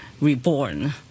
reborn